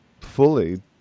fully